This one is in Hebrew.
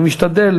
אני משתדל